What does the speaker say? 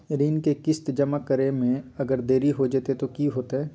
ऋण के किस्त जमा करे में अगर देरी हो जैतै तो कि होतैय?